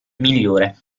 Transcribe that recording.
migliore